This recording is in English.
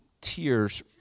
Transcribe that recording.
tears